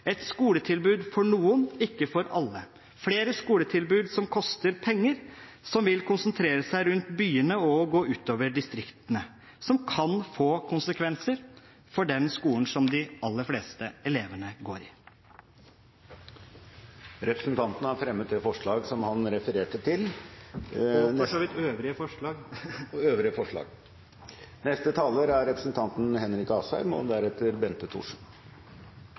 et skoletilbud for noen, ikke for alle, flere skoletilbud som koster penger, som vil konsentrere seg rundt byene og gå ut over distriktene – som kan få konsekvenser for den skolen som de aller fleste elevene går i. Jeg tar opp de forslag Arbeiderpartiet har, alene eller sammen med andre. Representanten Christian Tynning Bjørnø har tatt opp de forslagene han refererte til.